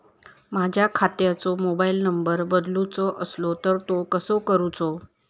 माझ्या खात्याचो mobile number बदलुचो असलो तर तो कसो करूचो?